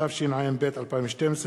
התשע"ב 2012,